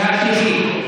קריאה שלישית.